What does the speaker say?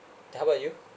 how about you